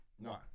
No